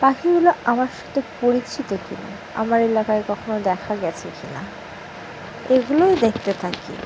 পাখিগুলো আমার সাথে পরিচিত কি না আমার এলাকায় কখনো দেখা গেছে কি না এগুলোই দেখতে থাকি